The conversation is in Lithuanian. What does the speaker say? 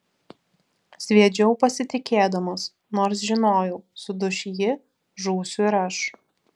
sviedžiau pasitikėdamas nors žinojau suduš ji žūsiu ir aš